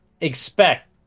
expect